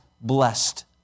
blessed